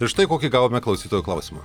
ir štai kokį gavome klausytojo klausimą